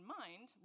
mind